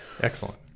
Excellent